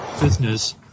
business